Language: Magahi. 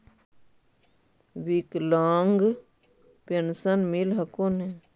विकलांग पेन्शन मिल हको ने?